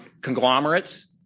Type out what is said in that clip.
Conglomerates